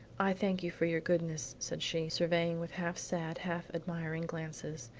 i thank you for your goodness, said she, surveying with half-sad, half-admiring glances,